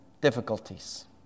difficulties